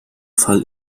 fall